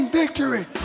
victory